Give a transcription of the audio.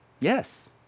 Yes